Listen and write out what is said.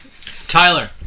Tyler